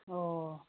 ꯑꯣ